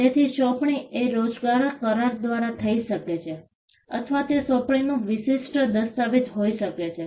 તેથી સોંપણી એ રોજગાર કરાર દ્વારા થઈ શકે છે અથવા તે સોંપણીનું વિશિષ્ટ દસ્તાવેજ હોઈ શકે છે